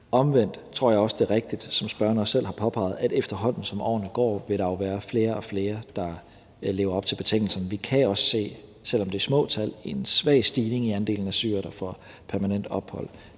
Omvendt tror jeg også, det er rigtigt, som spørgeren også selv har påpeget, at efterhånden som årene går, vil der jo være flere og flere, der lever op til betingelserne. Vi kan også se, selv om det er små tal, en svag stigning i andelen af syrere, der får permanent ophold.